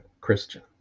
Christian